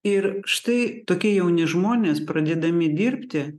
ir štai tokie jauni žmonės pradėdami dirbti